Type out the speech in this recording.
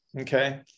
Okay